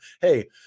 Hey